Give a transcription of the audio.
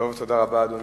תודה רבה, אדוני.